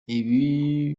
ibi